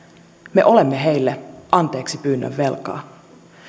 me olemme heille anteeksipyynnön velkaa